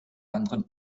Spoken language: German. anderen